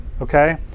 Okay